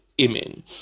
Amen